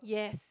yes